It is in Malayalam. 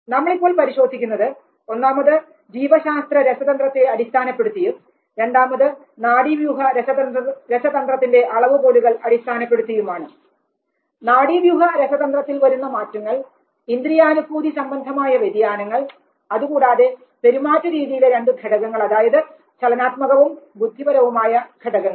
നമ്മളിപ്പോൾ പരിശോധിക്കുന്നത് ഒന്നാമത് ജീവശാസ്ത്ര രസതന്ത്രത്തെ അടിസ്ഥാനപ്പെടുത്തിയും രണ്ടാമത് നാഡീവ്യൂഹ രസതന്ത്രത്തിന്റെ അളവുകോലുകൾ അടിസ്ഥാനപ്പെടുത്തിയാണ് നാഡീവ്യൂഹ രസതന്ത്രത്തിൽ വരുന്ന മാറ്റങ്ങൾ ഇന്ദ്രിയാനുഭൂതി സംബന്ധമായ വ്യതിയാനങ്ങൾ അതുകൂടാതെ പെരുമാറ്റ രീതിയിലെ രണ്ടുഘടകങ്ങൾ അതായത് ചലനാത്മകവും ബുദ്ധിപരവുമായ ഘടകങ്ങൾ